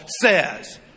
says